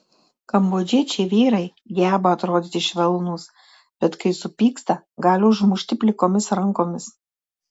kambodžiečiai vyrai geba atrodyti švelnūs bet kai supyksta gali užmušti plikomis rankomis